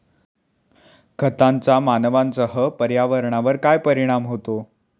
खतांचा मानवांसह पर्यावरणावर काय परिणाम होतो?